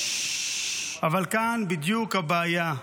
אבל כאן בדיוק הבעיה.